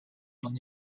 n’en